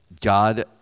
God